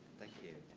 thank you.